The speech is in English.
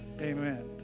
amen